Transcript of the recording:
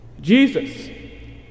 Jesus